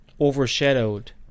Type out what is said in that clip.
overshadowed